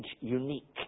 unique